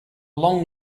long